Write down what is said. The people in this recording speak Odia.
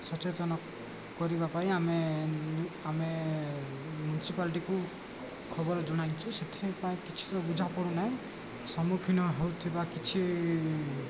ସଚେତନ କରିବା ପାଇଁ ଆମେ ଆମେ ମ୍ୟୁନିସିପାଲିଟିକୁ ଖବର ଜଣାଇଛୁ ସେଥିପାଇଁ କିଛି ତ ବୁଝାପଡ଼ୁନାହିଁ ସମ୍ମୁଖୀନ ହେଉଥିବା କିଛି